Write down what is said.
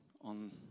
on